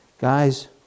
Guys